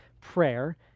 prayer